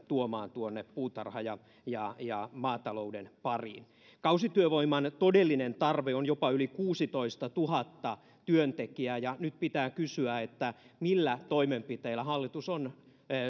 tuomaan tuonne puutarha ja ja maatalouden pariin kausityövoiman todellinen tarve on jopa yli kuusitoistatuhatta työntekijää ja nyt pitää kysyä millä toimenpiteillä hallitus on